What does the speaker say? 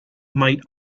might